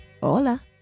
Hola